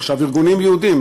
ארגונים יהודיים,